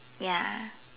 ya